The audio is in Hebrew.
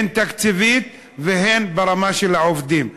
הן תקציבית והן ברמה של העובדים.